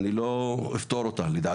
גם אם לא במכוון אני לא אפתור אותה מהאחריות.